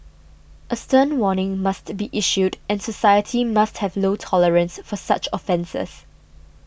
a stern warning must be issued and society must have low tolerance for such offences